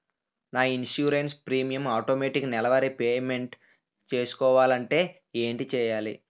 నా insurance premium automatic నెలవారి payment చేసుకోవాలంటే ఏంటి చేయాలి?